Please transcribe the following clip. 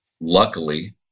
luckily